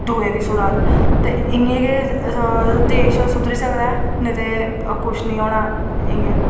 दुएं दी सुधार ते इ'यां गै देश सुधरी सकदा ऐ नेईं ते कुछ नी होना इयां